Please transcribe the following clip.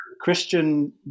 Christian